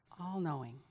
all-knowing